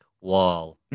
wall